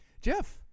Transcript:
Jeff